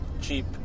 cheap